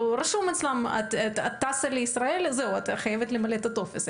אם רשום אצלם שאת טסה לישראל אז את חייבת למלא את הטופס,